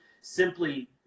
simply